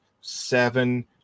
seven